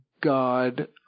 God